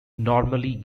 normally